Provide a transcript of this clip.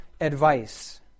advice